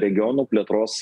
regionų plėtros